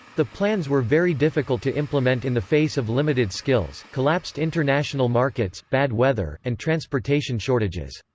the plans were very difficult to implement in the face of limited skills, collapsed international markets, bad weather, and transportation shortages.